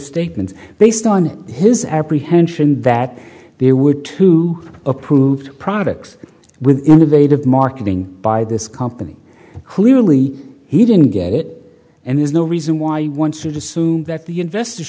statements based on his apprehension that there were two approved products with innovative marketing by this company clearly he didn't get it and there's no reason why he wants to sue that the investor